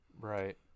Right